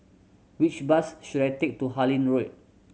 which bus should I take to Harlyn Road